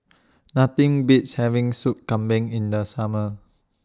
Nothing Beats having Sup Kambing in The Summer